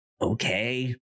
okay